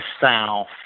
South